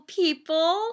people